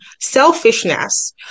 selfishness